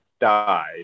died